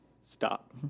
Stop